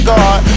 God